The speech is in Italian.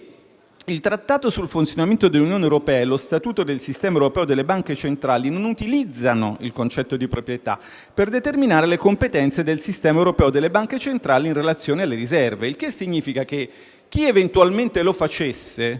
«il Trattato sul funzionamento dell'Unione europea e lo statuto del Sistema europeo di banche centrali non utilizzano il concetto di proprietà per determinare le competenze del Sistema europeo di banche centrali (...) in relazione alle riserve». Ciò significa che chi eventualmente lo facesse